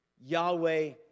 Yahweh